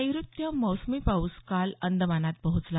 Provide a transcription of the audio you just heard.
नैऋत्य मोसमी पाऊस काल अंदमानात पोहोचला